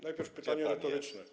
Najpierw pytanie retoryczne: